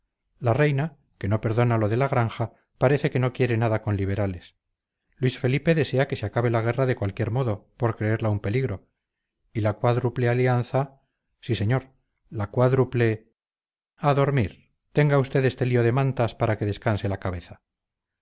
la reina que no perdona lo de la granja parece que no quiere nada con liberales luis felipe desea que se acabe la guerra de cualquier modo por creerla un peligro y la cuádruple alianza sí señor la cuádruple a dormir tenga usted este lío de mantas para que descanse la cabeza